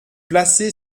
placée